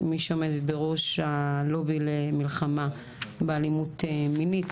מי שעומדת בראש הלובי למלחמה באלימות מינית,